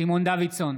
סימון דוידסון,